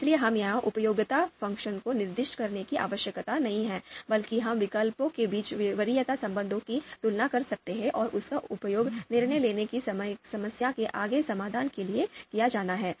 इसलिए हमें एक उपयोगिता फ़ंक्शन निर्दिष्ट नहीं करना है बल्कि हम विकल्पों के बीच वरीयता संबंधों की तुलना कर सकते हैं और इसका उपयोग निर्णय लेने की समस्या के आगे समाधान के लिए किया जाना है